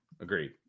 Agreed